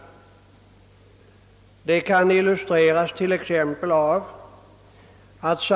Detta kan illustreras med ett par exempel.